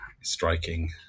striking